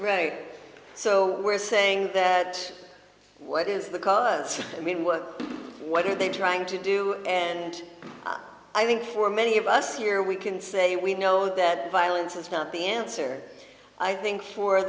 right so we're saying that what is the cause i mean what what are they trying to do and i think for many of us here we can say we know that violence is not the answer i think for